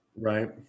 Right